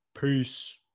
Peace